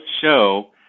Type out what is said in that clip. show